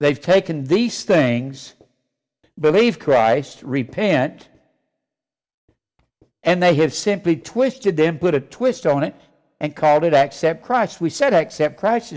they've taken these things to believe christ repaint and they have simply twisted them put a twist on it and called it accept christ we said accept christ